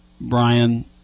Brian